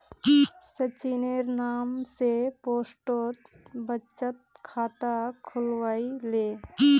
सचिनेर नाम स पोस्टल बचत खाता खुलवइ ले